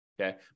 okay